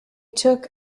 took